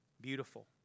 Beautiful